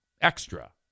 extra